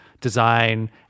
design